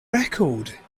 record